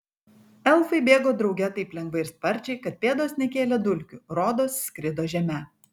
elfai bėgo drauge taip lengvai ir sparčiai kad pėdos nekėlė dulkių rodos skrido žeme